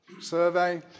survey